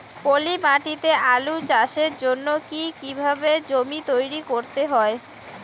পলি মাটি তে আলু চাষের জন্যে কি কিভাবে জমি তৈরি করতে হয়?